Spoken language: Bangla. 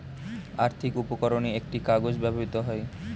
আর্থিক উপকরণে একটি কাগজ ব্যবহৃত হয়